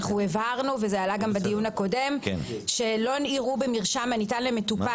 אנחנו הבהרנו וזה עלה גם בדיון הקודם: "לא יראו במרשם הניתן למטופל